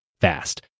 fast